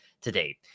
today